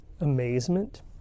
amazement